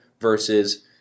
versus